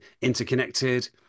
interconnected